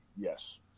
Yes